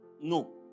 No